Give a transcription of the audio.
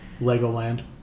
Legoland